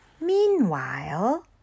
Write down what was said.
Meanwhile